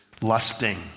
lusting